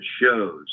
shows